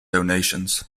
donations